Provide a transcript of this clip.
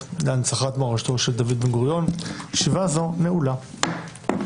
הצבעה אושר.